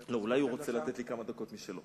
לא, הוא אולי רוצה לתת לי כמה דקות משלו.